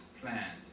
Plan